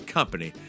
Company